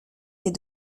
des